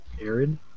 Arid